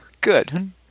Good